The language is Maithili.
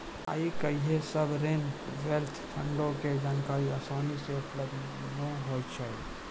आइ काल्हि सावरेन वेल्थ फंडो के जानकारी असानी से उपलब्ध नै होय छै